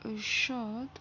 ارشاد